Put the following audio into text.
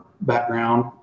background